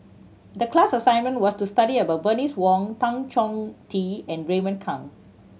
the class assignment was to study about Bernice Wong Tan Chong Tee and Raymond Kang